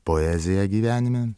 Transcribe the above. poeziją gyvenime